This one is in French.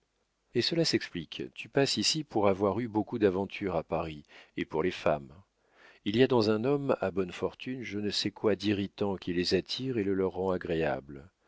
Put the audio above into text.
eh cela s'explique tu passes ici pour avoir eu beaucoup d'aventures à paris et pour les femmes il y a dans un homme à bonnes fortunes je ne sais quoi d'irritant qui les attire et le leur rend agréable